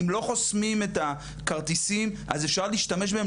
אם לא חוסמים את הכרטיסים אז אפשר להשתמש בהם,